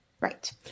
Right